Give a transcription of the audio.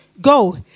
Go